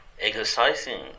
exercising